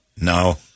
No